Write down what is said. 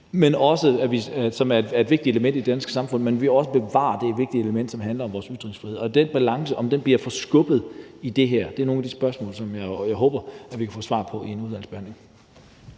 vigtigt, at vi bevarer det vigtige element i det danske samfund, som handler om vores ytringsfrihed. Om den balance bliver forskubbet i det her, er et af de spørgsmål, som jeg håber vi kan få svar på i en udvalgsbehandling.